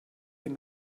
den